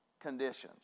conditions